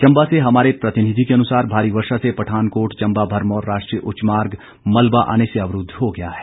चंबा से हमारे प्रतिनिधि के अनुसार भारी वर्षा से पठानकोट चंबा भरमौर राष्ट्रीय उच्च मार्ग मलबा आने से अवरूद्व हो गया है